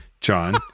John